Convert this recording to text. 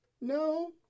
No